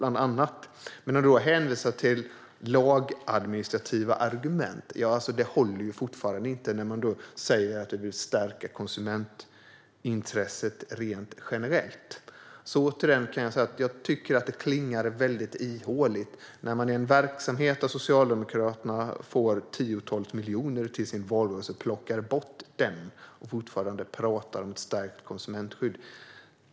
Att hänvisa till lagadministrativa argument håller inte när man säger att man vill stärka konsumentintresset rent generellt. Återigen vill jag säga att det klingar väldigt ihåligt när Socialdemokraterna, som genom sin lotteriverksamhet får 10-12 miljoner till sin valrörelse, plockar bort den delen samtidigt som man pratar om stärkt konsumentskydd.